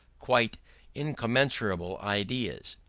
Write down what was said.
quite incommensurable ideas.